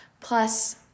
plus